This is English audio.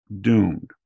doomed